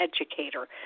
educator